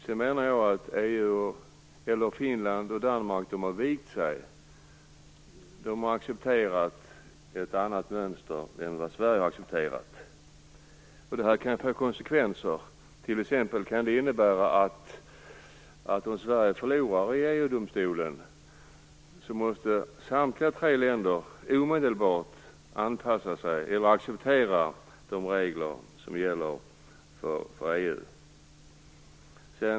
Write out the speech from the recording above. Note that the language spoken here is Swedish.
Sedan har Finland och Danmark vikt sig och accepterat ett annat mönster än Sverige har accepterat. Det kan få konsekvenser. Det kan t.ex. innebära, att om Sverige förlorar i EU-domstolen måste samtliga tre länder omedelbart acceptera de regler som gäller för EU.